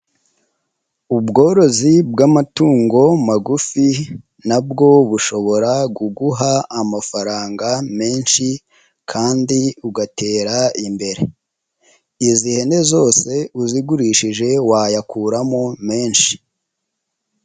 Ubworozi bw'amatungo magufi nabwo bushobora kuguha amafaranga menshi kandi ugatera imbere, izi hene zose uzigurishije wayakuramo menshi.